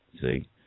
See